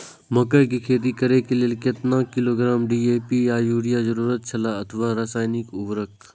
मकैय के खेती करे के लेल केतना किलोग्राम डी.ए.पी या युरिया के जरूरत छला अथवा रसायनिक उर्वरक?